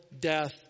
death